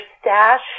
stash